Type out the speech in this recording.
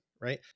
right